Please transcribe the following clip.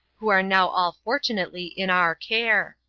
who are now all fortunately in our care.